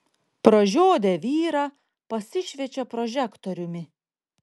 pražiodę vyrą pasišviečia prožektoriumi